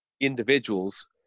individuals